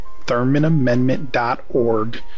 ThurmanAmendment.org